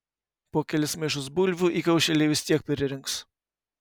po kelis maišus bulvių įkaušėliai vis tiek pririnks